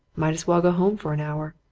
might as well go home for an hour.